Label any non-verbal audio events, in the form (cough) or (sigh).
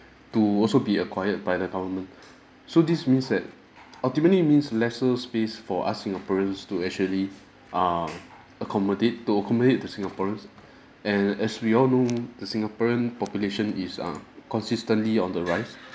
to also be acquired by the government (breath) so this means that ultimately means lesser space for us singaporeans to actually err accommodate to accommodate the singaporeans (breath) and as we all know the singaporean population is err consistently on the rise